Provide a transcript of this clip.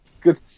good